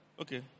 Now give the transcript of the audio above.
Okay